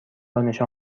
دانش